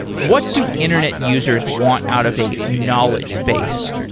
what do internet uses want out of a knowledge base?